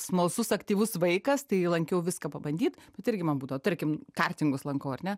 smalsus aktyvus vaikas tai lankiau viską pabandyt bet irgi man būdavo tarkim kartingus lankau ar ne